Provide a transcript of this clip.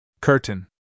Curtain